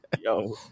Yo